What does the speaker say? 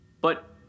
But